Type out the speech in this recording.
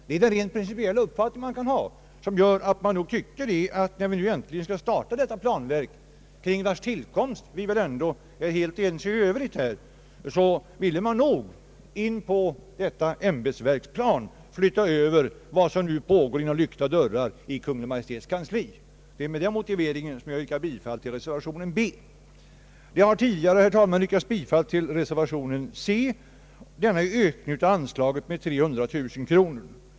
Jag har den principiella uppfattningen att när vi nu äntligen skall starta det nya planverket, om vars tillkomst vi väl alla är ense, bör man på detta ämbetsverk flytta över de hithörande arbeten som nu pågår inom lyckta dörrar i Kungl. Maj:ts kansli. Med den motiveringen ber jag, herr talman, att få yrka bifall till reservation b. Yrkande har tidigare framställts om bifall till reservation c, vari föreslås en ökning av anslaget till planverket med 300 000 kronor.